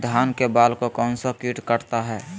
धान के बाल को कौन सा किट काटता है?